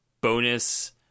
bonus